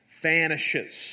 vanishes